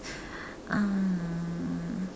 uh